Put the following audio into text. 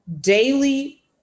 Daily